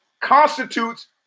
constitutes